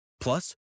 Plus